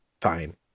Fine